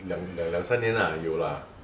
两两两三年 ah 有 lah